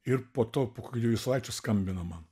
ir po to po kokių dviejų savaičių skambina man